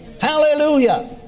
Hallelujah